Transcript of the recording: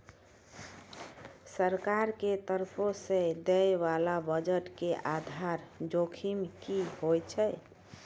सरकार के तरफो से दै बाला बजट के आधार जोखिम कि होय छै?